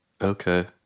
Okay